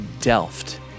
Delft